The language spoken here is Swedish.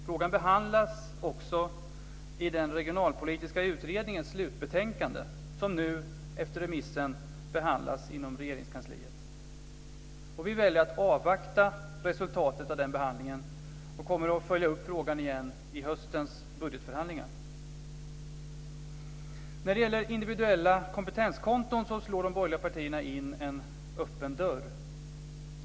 Frågan behandlas i den regionalpolitiska utredningens slutbetänkande som nu efter remissen behandlas inom Regeringskansliet. Vi väljer att avvakta resultatet av den behandlingen och kommer att följa upp frågan igen i höstens budgetförhandlingar. När det gäller individuella kompetenskonton slår de borgerliga partierna in en öppen dörr.